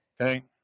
Okay